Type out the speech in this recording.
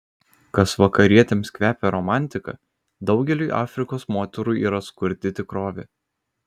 kas vakarietėms kvepia romantika daugeliui afrikos moterų yra skurdi tikrovė